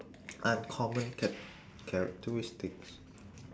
uncommon char~ characteristics